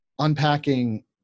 unpacking